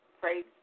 Praise